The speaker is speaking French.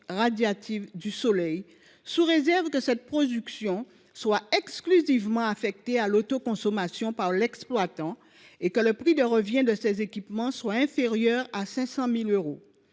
radiative du soleil, sous réserve que cette production soit exclusivement affectée à l’autoconsommation par l’exploitant et que le prix de revient de ces équipements soit inférieur à 500 000 euros,